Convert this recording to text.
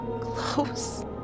Close